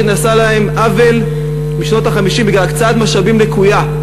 נעשה להן עוול משנות ה-50 בגלל הקצאת משאבים לקויה.